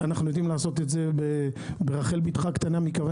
אנחנו יודעים לעשות את זה ברחל בתך הקטנה מכיוון